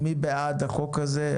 מי בעד החוק הזה?